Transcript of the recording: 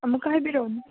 ꯑꯃꯨꯛꯀ ꯍꯥꯏꯕꯤꯔꯛꯑꯣꯅꯦ